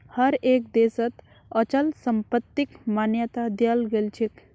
हर एक देशत अचल संपत्तिक मान्यता दियाल गेलछेक